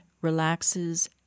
relaxes